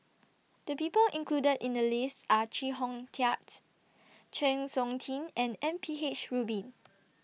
The People included in The list Are Chee Hong Tat Chng Seok Tin and M P H Rubin